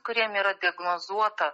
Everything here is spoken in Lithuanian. kuriem yra diagnozuota